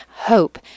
Hope